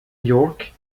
york